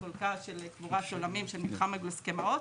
וחלקה של קבורת עולמים של מתחם גלוסקמאות,